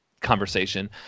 conversation